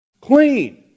clean